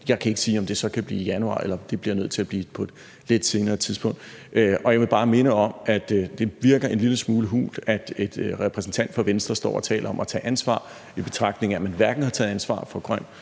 Jeg kan ikke sige, om det så kan blive i januar, eller om det bliver nødt til at blive på et lidt senere tidspunkt. Jeg vil bare minde om, at det virker en lille smule hult, at en repræsentant for Venstre står og taler om at tage ansvar, i betragtning af at man hverken har taget ansvar for grøn